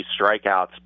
strikeouts